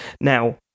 Now